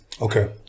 Okay